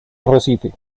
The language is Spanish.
arrecife